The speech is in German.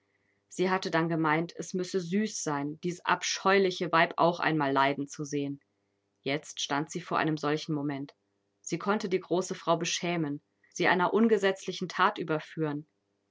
sie hatte dann gemeint es müsse süß sein dies abscheuliche weib auch einmal leiden zu sehen jetzt stand sie vor einem solchen moment sie konnte die große frau beschämen sie einer ungesetzlichen that überführen